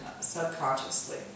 subconsciously